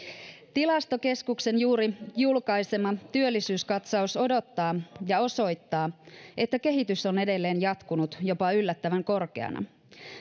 tilastokeskuksen juuri julkaisema työllisyyskatsaus odottaa ja osoittaa että kehitys on edelleen jatkunut jopa yllättävän korkeana